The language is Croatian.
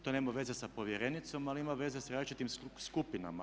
To nema veze sa povjerenicom ali ima veze sa različitim skupinama.